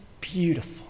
beautiful